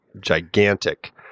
gigantic